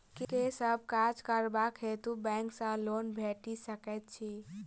केँ सब काज करबाक हेतु बैंक सँ लोन भेटि सकैत अछि?